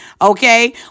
Okay